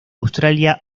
australia